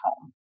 home